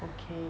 okay